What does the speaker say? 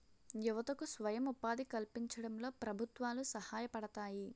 యువతకు స్వయం ఉపాధి కల్పించడంలో ప్రభుత్వాలు సహాయపడతాయి